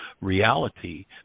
reality